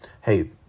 hey